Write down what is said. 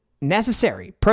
necessary